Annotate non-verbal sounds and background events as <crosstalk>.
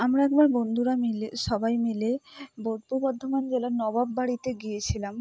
আমরা একবার বন্ধুরা মিলে সবাই মিলে <unintelligible> বর্ধমান জেলার নবাব বাড়িতে গিয়েছিলাম